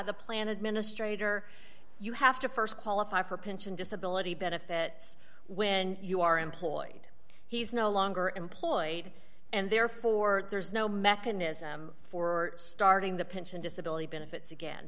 the plan administrator you have to st qualify for pension disability benefits when you are employed he's no longer employed and therefore there's no mechanism for starting the pension disability benefits again